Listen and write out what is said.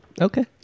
Okay